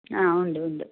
ആ ഉണ്ട് ഉണ്ട്